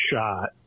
shot